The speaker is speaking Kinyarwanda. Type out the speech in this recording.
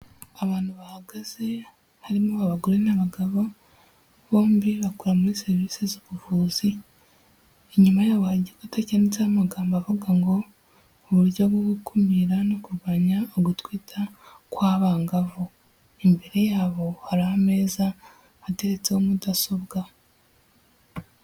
Abantu bahagaze harimo abagore n'abagabo bombi bakora muri serivisi z'ubuvuzi, inyuma yabo hari igikuta cyanditseho amagambo avuga ngo:" Uburyo bwo gukumira no kurwanya ugutwita kw'abangavu." Imbere yabo hari ameza ateretseho mudasobwa.